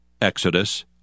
Exodus